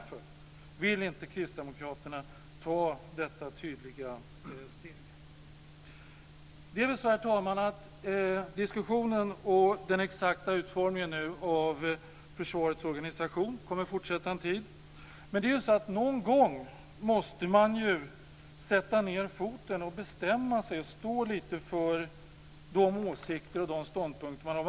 Varför vill inte Kristdemokraterna ta detta tydliga steg? Herr talman! Diskussionen och den exakta utformningen av försvarets organisation kommer att fortsätta en tid. Men någon gång måste man sätta ned foten och bestämma sig och stå lite för de åsikter och de ståndpunkter man har.